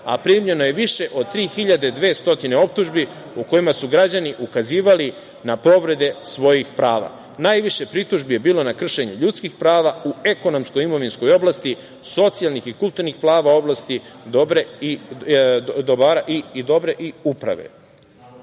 a primljeno je više od 3.200 optužbi u kojima su građani ukazivali na povrede svojih prava. Najviše pritužbi je bilo na kršenje ljudskih prava u ekonomsko-imovinskoj oblasti, socijalnih i kulturnih dobara i u